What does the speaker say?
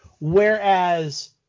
whereas